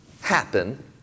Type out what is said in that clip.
happen